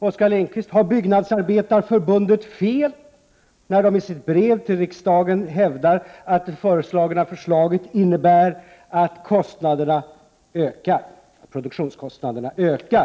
Oskar Lindkvist, har Byggnadsarbetareförbundet fel när det i sitt brev till derna ökar?